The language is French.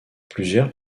plusieurs